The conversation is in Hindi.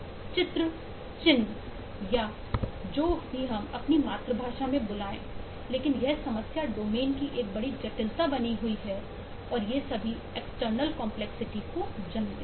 चित्र चिन्ह या जो भी हम अपनी मातृभाषा में बुलाएं लेकिन यह समस्या डोमेन की एक बड़ी जटिलता बनी हुई है और ये सभी एक्सटर्नल कंपलेक्सिटी को जन्म देते हैं